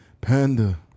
Panda